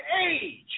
age